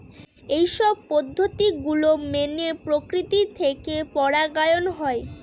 এইসব পদ্ধতি গুলো মেনে প্রকৃতি থেকে পরাগায়ন হয়